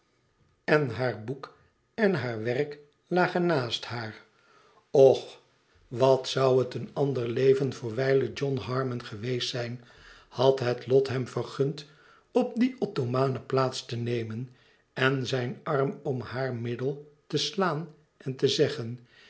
en haar boek en haar werk lagen naast haar och wat zou het een ander leven voor wijlen john harnion geweest zijn had het lot hem vergund op die ottomane plaats te nemen en zijn arm om haar middel te slaan en te zeggen